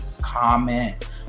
comment